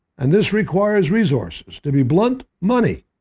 and this requires resources to be blunt money.